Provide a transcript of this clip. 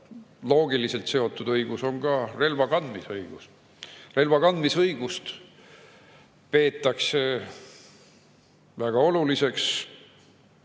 loogiliselt seotud õigus on ka relvakandmisõigus. Relvakandmisõigust peetakse väga oluliseks